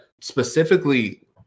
specifically